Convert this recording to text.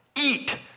eat